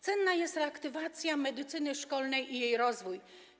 Cenna jest reaktywacja medycyny szkolnej i jej rozwój.